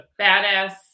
badass